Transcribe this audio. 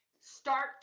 start